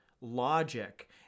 logic